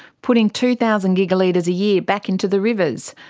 putting two thousand gigalitres a year back into the rivers.